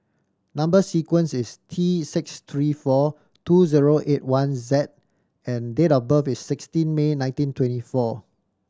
number sequence is T six three four two zero eight one Z and date of birth is sixteen May nineteen twenty four